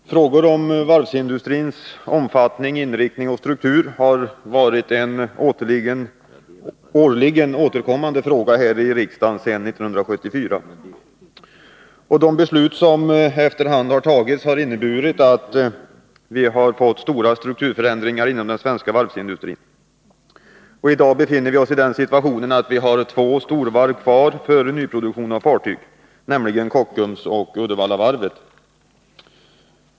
Herr talman! Frågor om varvsindustrins omfattning, inriktning och struktur har varit årligen återkommande här i riksdagen sedan 1974. De beslut som efter hand har tagits har inneburit stora strukturförändringar för den svenska varvsindustrin. I dag befinner vi oss i den situationen att vi har kvar två storvarv för nyproduktion av fartyg, nämligen Kockums och Uddevallavarvet.